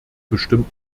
bestimmen